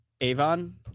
Avon